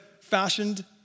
fashioned